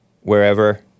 wherever